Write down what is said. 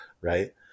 right